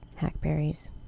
hackberries